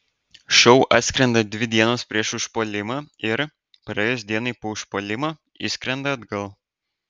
šou atskrenda dvi dienos prieš užpuolimą ir praėjus dienai po užpuolimo išskrenda atgal